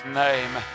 name